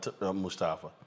Mustafa